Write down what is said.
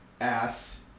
ass